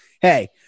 hey